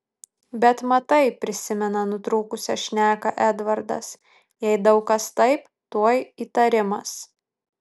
bet matai prisimena nutrūkusią šneką edvardas jei daug kas taip tuoj įtarimas